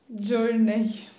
journey